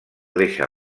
deixa